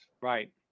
Right